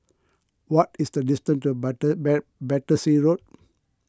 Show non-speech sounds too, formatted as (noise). what is the distance to batter (unintelligible) Battersea Road